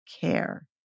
care